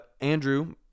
Andrew